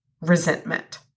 resentment